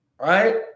right